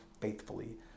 faithfully